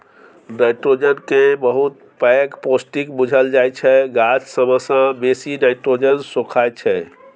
nitrogen केँ बहुत पैघ पौष्टिक बुझल जाइ छै गाछ सबसँ बेसी नाइट्रोजन सोखय छै